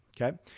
Okay